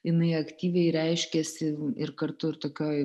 jinai aktyviai reiškiasi ir kartu ir tokioj